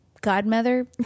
godmother